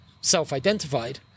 self-identified